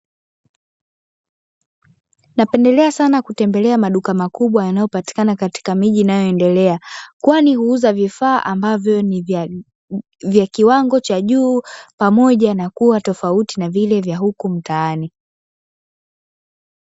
Napendelea sana kutembelea maduka makubwa, yanayopatikana katika miji inayoendelea kwani huuza vifaa ambavyo ni vya vya kiwango cha juu pamoja na kuwa tofauti na vile vya huku mtaani.